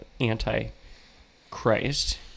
anti-Christ